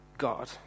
God